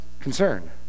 concern